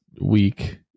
week